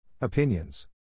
opinions